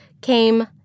came